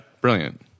brilliant